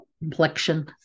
complexion